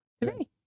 Today